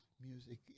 music